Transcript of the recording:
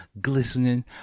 glistening